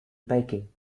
baking